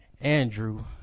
Andrew